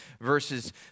verses